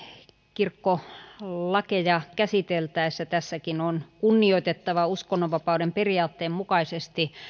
kirkkolakeja käsiteltäessä tässäkin on kunnioitettava uskonnonvapauden periaatteen mukaisesti